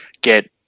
get